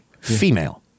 female